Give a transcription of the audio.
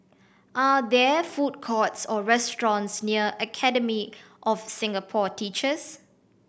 are there food courts or restaurants near Academy of Singapore Teachers